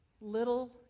little